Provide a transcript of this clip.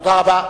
תודה רבה.